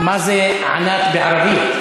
מה זה ענת בערבית.